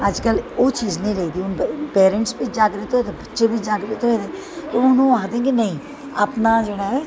अजकल्ल ओह् चीज निं रेह्दी हून पेरैंटस बी जागरुक होए दे बच्चे बी जागरत होए दे हून ओह् आखदे कि नेईं अपना जेह्ड़ा ऐ